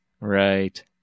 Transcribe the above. Right